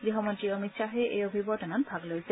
গৃহমন্নী অমিত শ্বাহেও এই অভিৱৰ্তনত ভাগ লৈছে